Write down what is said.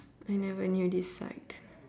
I never knew this side